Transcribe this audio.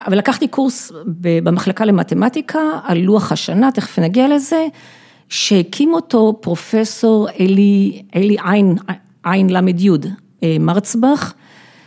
‫אבל לקחתי קורס במחלקה למתמטיקה, ‫על לוח השנה, תכף נגיע לזה, ‫שהקים אותו פרופ' עלי, ‫עין למד יוד, מרצבך.